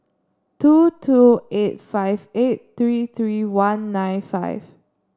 two two eight five eight three three one nine five